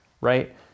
right